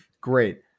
Great